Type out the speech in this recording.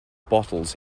bottles